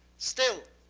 still,